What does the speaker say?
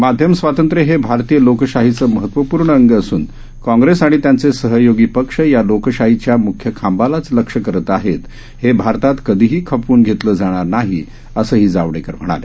माध्यम स्वातंत्र्य हे भारतीय लोकशाहीचं महत्वपूर्ण अंग असून काँग्रेस आणि त्यांचे सहयोगी पक्ष या लोकशाहीच्या मुख्य खांबालाच लक्ष्य करत आहेत हे भारतात कधीही खपवून घेतलं जाणार नाही असंही जावडेकर म्हणाले